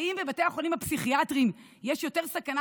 האם בבתי החולים הפסיכיאטריים יש יותר סכנה